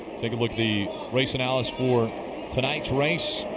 take a look the race analysis for tonight's race.